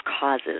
causes